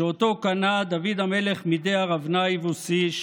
שאותו קנה דוד המלך מידי ארונה היבוסי,